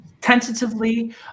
tentatively